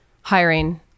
hiring